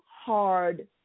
hard